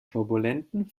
turbulenten